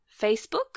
Facebook